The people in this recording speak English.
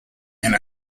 and